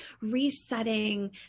resetting